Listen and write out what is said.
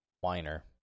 whiner